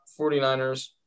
49ers